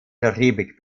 karibik